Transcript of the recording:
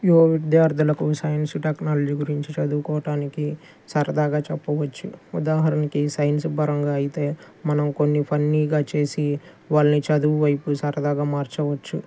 యో విద్యార్థులకు science technology గురించి చదువుకోడానికి సరదాగా చెప్పవచ్చు ఉదాహరణకి సైన్స్ పరంగా అయితే మనం కొన్ని ఫన్నీగా చేసి వాళ్ళని చదువువైపు సరదాగా మార్చవచ్చు